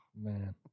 Man